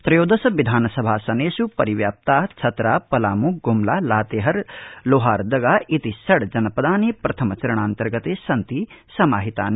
त्रयोदशविधानसभासानेष् परिव्याप्ता छतरा पलामू ग्मला लातेहर लोहारदगा इति षड्जनपदानि प्रथमचरणान्तर्गते सन्ति समाहितानि